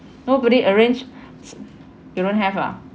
nobody arrange you don't have lah